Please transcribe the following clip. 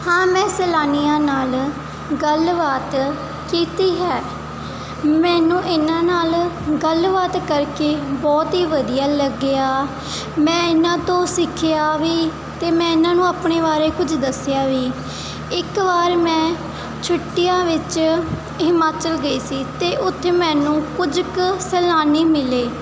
ਹਾਂ ਮੈਂ ਸੈਲਾਨੀਆਂ ਨਾਲ ਗੱਲਬਾਤ ਕੀਤੀ ਹੈ ਮੈਨੂੰ ਇਹਨਾਂ ਨਾਲ ਗੱਲਬਾਤ ਕਰਕੇ ਬਹੁਤ ਹੀ ਵਧੀਆ ਲੱਗਿਆ ਮੈਂ ਇਹਨਾਂ ਤੋਂ ਸਿੱਖਿਆ ਵੀ ਅਤੇ ਮੈਂ ਇਹਨਾਂ ਨੂੰ ਆਪਣੇ ਬਾਰੇ ਕੁਝ ਦੱਸਿਆ ਵੀ ਇੱਕ ਵਾਰ ਮੈਂ ਛੁੱਟੀਆਂ ਵਿੱਚ ਹਿਮਾਚਲ ਗਈ ਸੀ ਅਤੇ ਉੱਥੇ ਮੈਨੂੰ ਕੁਝ ਕੁ ਸੈਲਾਨੀ ਮਿਲੇ